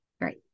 right